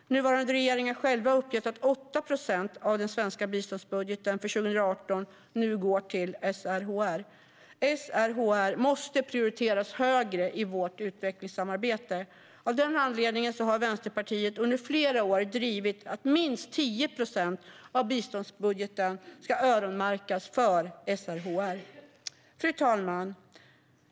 Nuvarande regeringen har själv uppgett att 8 procent av den svenska biståndsbudgeten för 2018 nu går till SRHR. SRHR måste prioriteras högre i vårt utvecklingssamarbete. Av den anledningen har Vänsterpartiet under flera år drivit att minst 10 procent av biståndsbudgeten ska öronmärkas för SRHR. Fru talman!